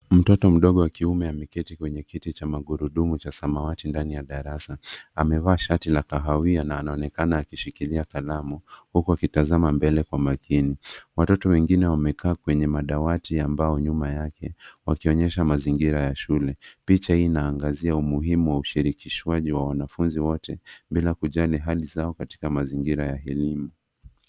Mtoto mdogo wa kiume ameketi kwenye kiti cha magurudumu cha samawati ndani ya darasa. Amevaa shati la kahawia na anaonekana akishikilia kalamu huku akitazama mbele kwa makini. Watoto wengine wamekaa kwenye madawati ya mbao nyuma yake, wakionyesha mazingira ya shule. Picha hii inaangazia umuhimu wa ushirikishwaji wa wanafunzi wote bila kujali hali zao katika mazingira ya elimu.